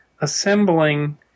assembling